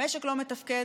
המשק לא מתפקד